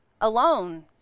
Alone